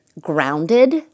grounded